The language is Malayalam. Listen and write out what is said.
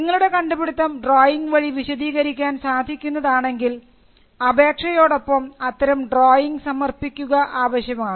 നിങ്ങളുടെ കണ്ടുപിടിത്തം ഡ്രോയിങ് വഴി വിശദീകരിക്കാൻ സാധിക്കുന്നതാണെങ്കിൽ അപേക്ഷയോടൊപ്പം അത്തരം ഡ്രോയിംഗ് സമർപ്പിക്കുക ആവശ്യമാണ്